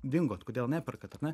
dingot kodėl neperkat ar ne